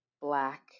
Black